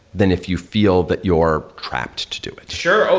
than if you feel that you're crapped to do it. sure.